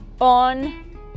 on